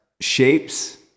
shapes